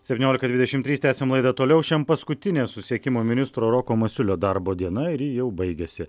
septyniolika dvidešimt trys tęsiam laidą toliau šiandien paskutinė susisiekimo ministro roko masiulio darbo diena ir ji jau baigėsi